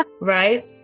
Right